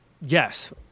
yes